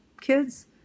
kids